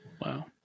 wow